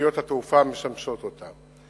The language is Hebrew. ותשתיות התעופה המשמשות אותה.